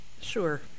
Sure